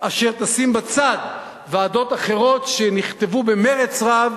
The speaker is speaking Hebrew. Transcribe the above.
אשר תשים בצד ועדות אחרות שכתבו במרץ רב,